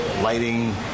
Lighting